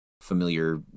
familiar